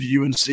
UNC